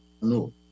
no